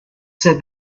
said